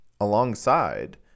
alongside